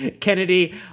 Kennedy